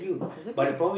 exactly